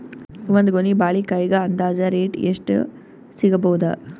ಒಂದ್ ಗೊನಿ ಬಾಳೆಕಾಯಿಗ ಅಂದಾಜ ರೇಟ್ ಎಷ್ಟು ಸಿಗಬೋದ?